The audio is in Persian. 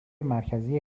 مرکزی